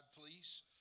please